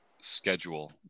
schedule